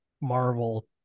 Marvel